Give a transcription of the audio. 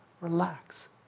Relax